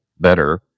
better